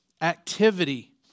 Activity